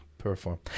Perform